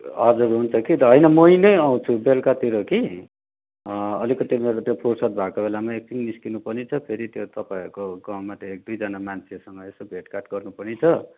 हजुर हुन्छ कि त मै नै आउँछु बेलुकातिर कि अलिकति मेरो त्यो फुर्सद भएको बेलामा एकछिन निस्किनु पनि छ फेरि त्यो तपाईँहरूको गाउँमा त एक दुईजना मान्छेहरूसँग यसो भेटघाट गर्नु पनि छ